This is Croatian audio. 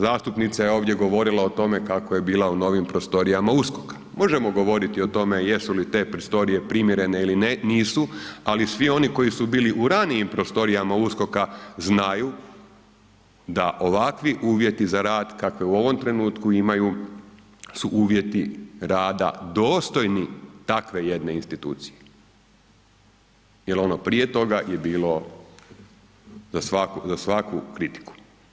Zastupnica je ovdje govorila o tome kako je bila u novim prostorijama USKOK-a, možemo govoriti o tome jesu li te prostorije primjerene ili ne, nisu, ali svi oni koji su bili u ranijim prostorijama USKOK-a, znaju da ovakvi uvjeti za rad kakve u ovom trenutku imaju su uvjeti rada dostojni takve jedne institucije jer ono prije toga je bilo za svaku kritiku.